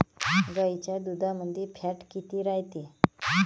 गाईच्या दुधामंदी फॅट किती रायते?